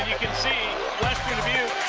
you can see western dubuque